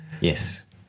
Yes